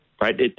right